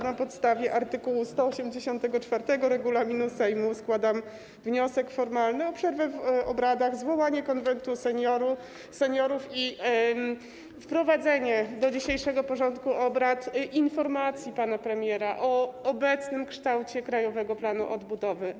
Na podstawie art. 184 regulaminu Sejmu składam wniosek formalny o przerwę w obradach, zwołanie Konwentu Seniorów i wprowadzenie do dzisiejszego porządku obrad informacji pana premiera o obecnym kształcie Krajowego Planu Odbudowy.